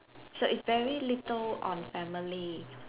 so it's very little on family